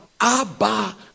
Abba